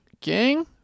Gang